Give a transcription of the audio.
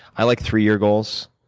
i like three-year goals,